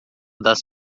das